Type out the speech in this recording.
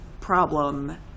problem